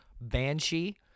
Banshee